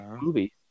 movie